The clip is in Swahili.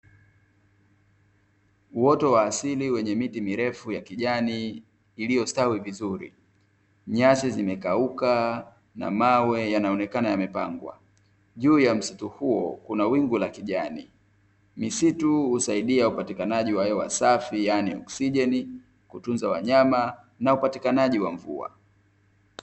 Uoto wa asili wenye miti mirefu ya kijani ilyostawi vizuri, nyasi zimekauka na mawe yanaonekana yamepangwa. Juu ya msitu huo kuna wingu la kijani, misitu husaidia upatikanaji wa hewa safi, yaani oksijeni, kutunza wanyama na upatikanaji wa mvua.